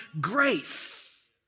grace